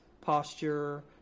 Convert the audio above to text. posture